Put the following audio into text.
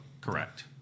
Correct